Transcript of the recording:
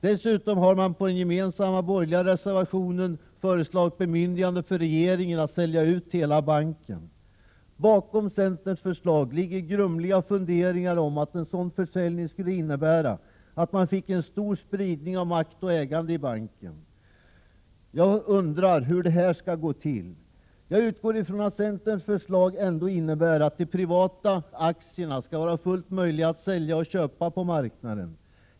Dessutom har man i den gemensamma borgerliga Bakom centerns förslag ligger grumliga funderingar om att en sådan PKbankensförvärvav försäljning skulle innebära stor spridning av makt och ägande i banken. Hur Carnegie Fondkomskulle detta gå till? a mission AB Jag utgår ifrån att centerns förslag ändå innebär att de privata aktierna skall vara fullt möjliga att sälja och köpa på marknaden.